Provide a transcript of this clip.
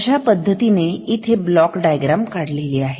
अशा पद्धतीने इथे ब्लॉक डायग्राम काढलेली आहे